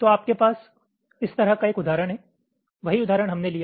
तो आपके पास इस तरह का एक उदाहरण है वही उदाहरण हमने लिया